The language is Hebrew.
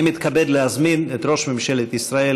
אני מתכבד להזמין את ראש ממשלת ישראל